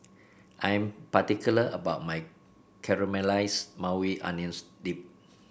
I am particular about my Caramelized Maui Onions Dip